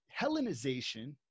Hellenization